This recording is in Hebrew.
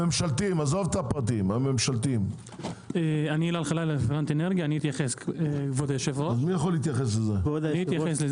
בי"ת, אי אפשר לתקצב אותו